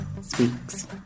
speaks